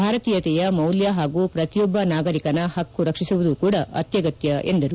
ಭಾರತೀಯತೆಯ ಮೌಲ್ಯ ಹಾಗೂ ಪ್ರತಿಯೊಬ್ಬ ನಾಗರಿಕನ ಪಕ್ಕು ರಕ್ಷಿಸುವುದು ಕೂಡ ಆತ್ಯಗತ್ಯ ಎಂದರು